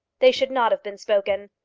they should not have been spoken.